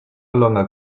longer